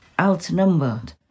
outnumbered